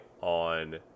on